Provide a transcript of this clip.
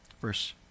Verse